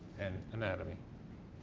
and anatomy.